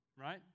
right